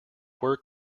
work